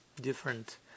different